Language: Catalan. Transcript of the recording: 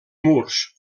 murs